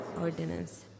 ordinance